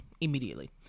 immediately